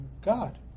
God